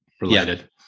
related